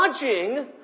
judging